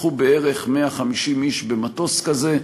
קחו בערך 150 איש במטוס כזה,